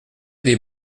des